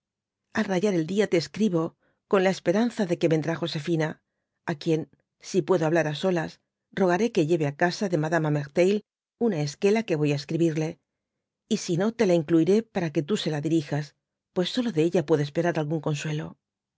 al rayar el día te escribo con la esperanza de que vendrá josefina á quien si puedo hablar á solas rogaré que lleve á casa de madama merteuil una esquela que voy á escribirle y sino te la incluiré para que tu se la dirigas pues solo de ella puedo esperar algún consuelo